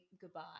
goodbye